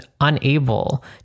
unable